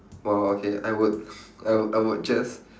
!wow! okay I would I would I would just